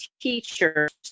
teacher's